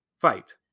fight